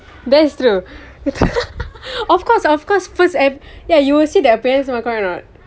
that is true of course of course first app~ ya you will see the appearance [one] or not